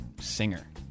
singer